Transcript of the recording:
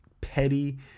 Petty